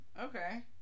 okay